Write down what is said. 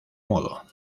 modo